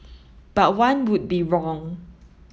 but one would be wrong